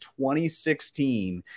2016